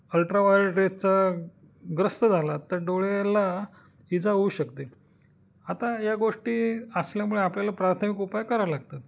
ultraviolet रेजचा ग्रस्त झालात तर डोळ्याला इजा होऊ शकते आता या गोष्टी असल्यामुळे आपल्याला प्राथमिक उपाय करावे लागतात